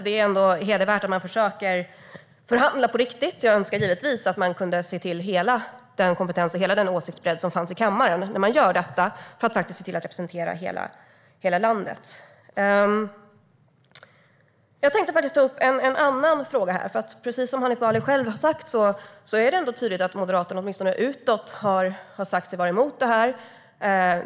Det är ändå hedervärt att man försöker förhandla på riktigt, och jag önskar givetvis att man kunde se till hela den kompetens och den åsiktsbredd som finns i kammaren när man gör detta för att faktiskt se till att representera hela landet. Jag tänkte ta upp en annan fråga här. Precis som Hanif Bali själv har sagt är det tydligt att Moderaterna åtminstone utåt har sagt sig vara emot det här.